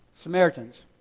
Samaritans